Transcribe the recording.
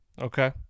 Okay